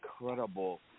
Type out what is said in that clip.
incredible